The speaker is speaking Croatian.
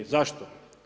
Zašto?